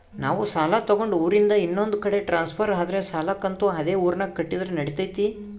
ನಾವು ಸಾಲ ತಗೊಂಡು ಊರಿಂದ ಇನ್ನೊಂದು ಕಡೆ ಟ್ರಾನ್ಸ್ಫರ್ ಆದರೆ ಸಾಲ ಕಂತು ಅದೇ ಊರಿನಾಗ ಕಟ್ಟಿದ್ರ ನಡಿತೈತಿ?